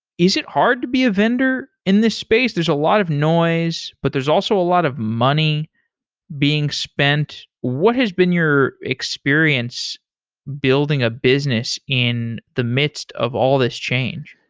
is it hard to be a vendor in this space? there's a lot of noise, but there's also a lot of money being spent. what has been your experience building a business in the midst of all these change?